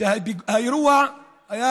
שהאירוע היה